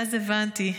ואז הבנתי.